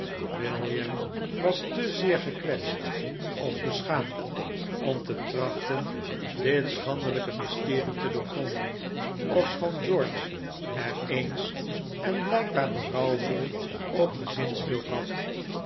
william was te zeer gekwetst of beschaamd om te trachten dit schandelijke mysterie te doorgronden ofschoon george er eens en blijkbaar berouwvol op gezinspeeld had